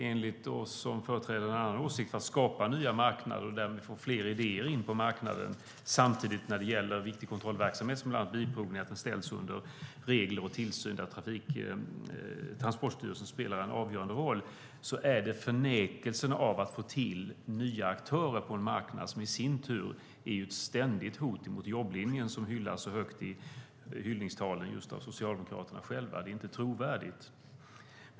Enligt oss som företräder en annan åsikt - vi vill skapa nya marknader och därmed få in fler idéer på marknaden men samtidigt ställa viktig kontrollverksamhet som bland annat bilprovningen under regler och tillsyn, och där spelar Transportstyrelsen en avgörande roll - är detta att hindra nya aktörer från att komma in på marknaden, vilket i sin tur är ett ständigt hot mot jobblinjen som prisas så högt i hyllningstalen av Socialdemokraterna själva. Det är inte trovärdigt.